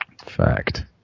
Fact